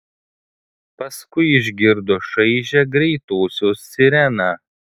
paskui išgirdo šaižią greitosios sireną